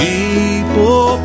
People